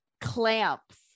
clamps